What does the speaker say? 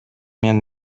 мен